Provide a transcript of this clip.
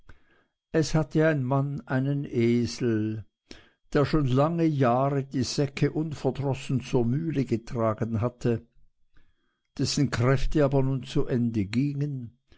es hatte ein mann einen esel der schon lange jahre die säcke unverdrossen zur mühle getragen hatte dessen kräfte aber nun zu ende gingen